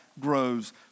grows